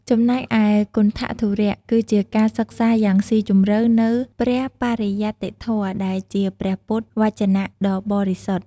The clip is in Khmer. ចំណែកឯ គន្ថធុរៈ គឺជាការសិក្សាយ៉ាងស៊ីជម្រៅនូវ ព្រះបរិយត្តិធម៌ ដែលជាព្រះពុទ្ធវចនៈដ៏បរិសុទ្ធ។